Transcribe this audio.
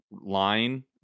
Line